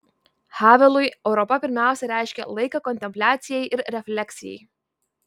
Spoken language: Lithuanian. havelui europa pirmiausia reiškia laiką kontempliacijai ir refleksijai